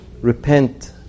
repent